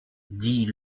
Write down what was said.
dit